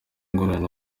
ngorane